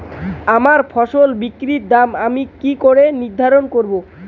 আমার ফসল বিক্রির দর আমি কি করে নির্ধারন করব?